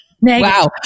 wow